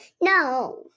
No